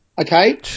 okay